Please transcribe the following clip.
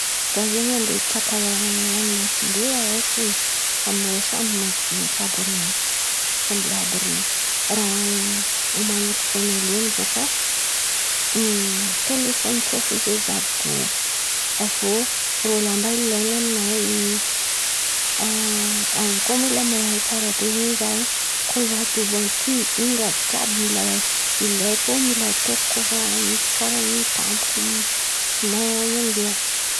Zah zen̈y andeha hitsàka ra- ranomasimbe araiky hoe amirô sambo madin̈iky àby ren̈y, raha omanàko voalohan̈y bakà ny telefôny; tsô fo zen̈y zah dobo, avô rô lamba ilain̈y amin̈any in̈y a- a- an̈y. Koa mila mahay tsara be zah hoe koa zah dobo aty ino raha jiàby mila ilaiko. Mila ataoko koa fa misy karà in̈y tampoka ma- mandeha.